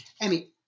Emmy